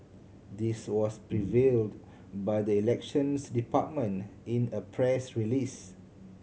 this was revealed by the Elections Department in a press release